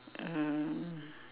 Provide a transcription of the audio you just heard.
uh